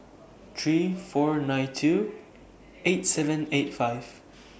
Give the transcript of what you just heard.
three four nine two eight seven eight five